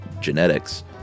genetics